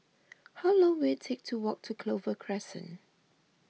how long will it take to walk to Clover Crescent